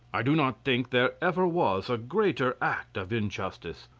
i do not think there ever was a greater act of injustice.